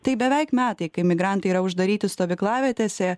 tai beveik metai kai migrantai yra uždaryti stovyklavietėse